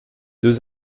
deux